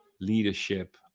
leadership